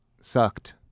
sucked